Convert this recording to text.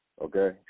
okay